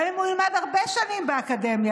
גם אם הוא ילמד הרבה שנים באקדמיה.